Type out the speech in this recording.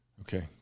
Okay